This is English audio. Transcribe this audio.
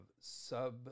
sub